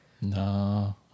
No